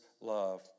love